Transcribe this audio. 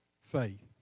faith